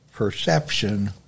perception